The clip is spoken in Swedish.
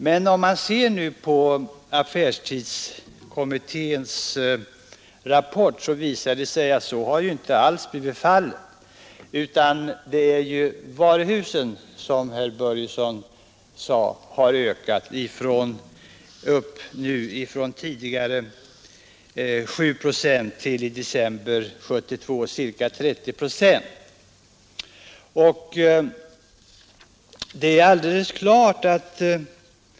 Men om vi ser på affärstidskommitténs rapport finner vi att så inte har blivit fallet. Som herr Börjesson sade är det i stället varuhusen som har ökat söndagsöppethållandet från 7 procent i november 1971 till ca 30 procent i december 1972.